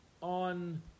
On